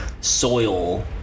soil